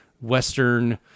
western